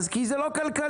כי זה לא כלכלי.